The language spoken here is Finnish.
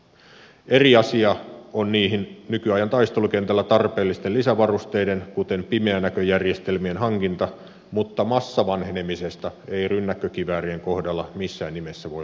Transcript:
eri asia on niihin nykyajan taistelukentällä tarpeellisten lisävarusteiden kuten pimeänäköjärjestelmien hankinta mutta massavanhenemisesta ei rynnäkkökiväärien kohdalla missään nimessä voi olla kyse